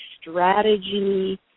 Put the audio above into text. strategy